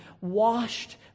washed